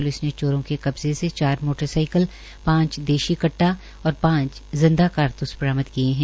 police ने चोरों के कब्जे से चार मोटर साईकिल पांच देशी कट्टा और पांच जिंदा कारतूस बरामद किये है